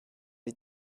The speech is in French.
les